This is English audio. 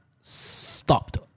stopped